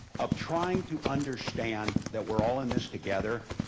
of trying to understand that we're all in this together,